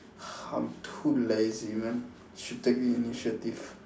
I'm too lazy man should take initiative